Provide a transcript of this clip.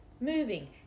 moving